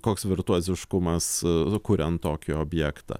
koks virtuoziškumas kurian tokį objektą